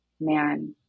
man